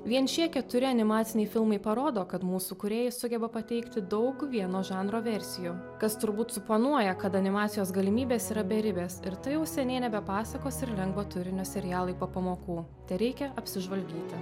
vien šie keturi animaciniai filmai parodo kad mūsų kūrėjai sugeba pateikti daug vieno žanro versijų kas turbūt suponuoja kad animacijos galimybės yra beribės ir tai jau seniai nebe pasakos ir lengvo turinio serialai po pamokų tereikia apsižvalgyti